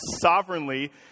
sovereignly